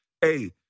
Hey